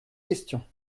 questions